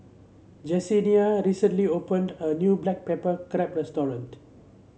Jessenia recently opened a new Black Pepper Crab restaurant